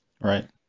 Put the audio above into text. Right